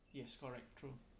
yes correct true